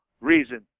reason